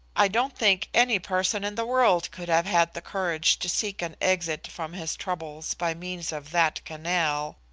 i don't think any person in the world could have had the courage to seek an exit from his troubles by means of that canal.